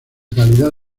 calidad